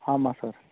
ஆமாம் சார்